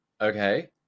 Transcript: Okay